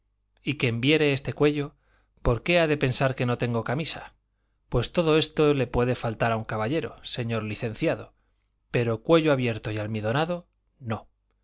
y quien viere este cuello por qué ha de pensar que no tengo camisa pues todo esto le puede faltar a un caballero señor licenciado pero cuello abierto y almidonado no